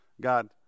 God